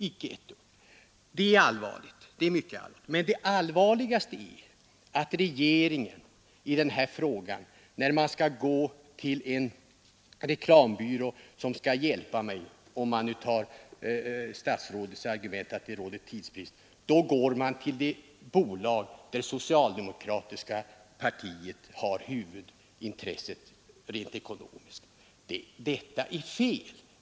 Det är mycket allvarligt, men det allvarligaste är att regeringen, när den i en situation då den behöver tjänster och det — som handelsministern sade — råder tidsbrist, går till ett bolag där det socialdemokratiska partiet har ekonomiska intressen.